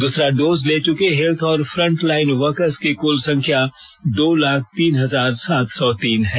दूसरा डोज ले चुके हेल्थ और फ्रंट लाइन वर्कर्स की कुल संख्या दो लाख तीन हजार सात तौ तीन है